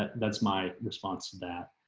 that's my response to that,